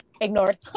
ignored